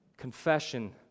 confession